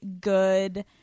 good